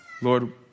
Lord